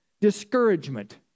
discouragement